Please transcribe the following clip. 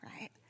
right